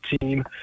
team